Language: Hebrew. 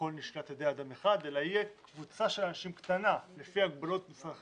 הכול נשלט על ידי אדם אחד אלא תהיה קבוצה קטנה של אנשים לפי הגבלות משרד